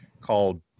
called